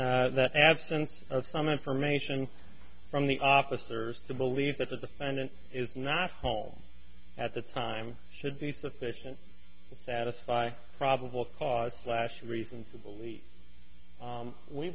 the absence of some information from the officers to believe that the defendant is not home at the time should be sufficient to satisfy probable cause last reason to believe